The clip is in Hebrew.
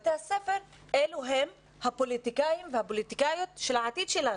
בתי הספר מגדלים את הפוליטיקאים והפוליטיקאיות של העתיד שלנו,